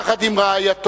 יחד עם רעייתו,